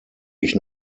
ich